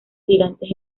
gigantes